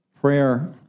prayer